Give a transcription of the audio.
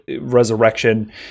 resurrection